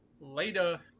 later